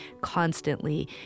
constantly